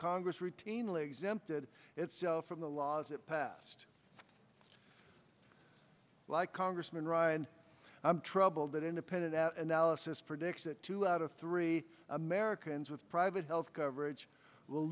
congress routinely exempted itself from the laws it passed like congressman ryan i'm troubled that independent out analysis predicts that two out of three americans with private health coverage w